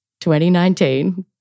2019